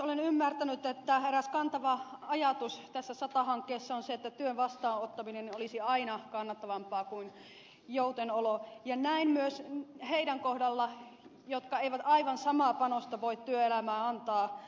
olen ymmärtänyt että eräs kantava ajatus tässä sata hankkeessa on se että työn vastaanottaminen olisi aina kannattavampaa kuin joutenolo ja näin myös niiden kohdalla jotka eivät aivan samaa panosta voi työelämään antaa